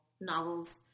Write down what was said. novels